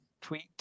tweet